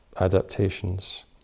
adaptations